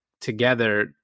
together